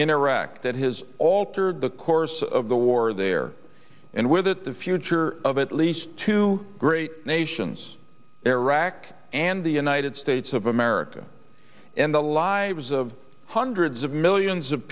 in iraq that has altered the course of the war there and with the future of at least two great nations iraq and the united states of america and the lives of hundreds of millions of